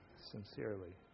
sincerely